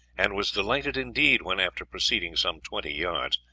and was delighted indeed when, after proceeding some twenty yards,